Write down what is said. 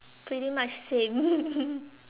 pretty much same